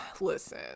listen